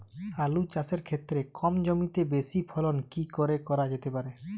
আলু চাষের ক্ষেত্রে কম জমিতে বেশি ফলন কি করে করা যেতে পারে?